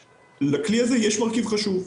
לכלי הזה יש מרכיב חשוב.